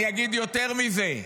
אני אגיד יותר מזה: